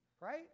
Right